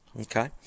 Okay